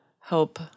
help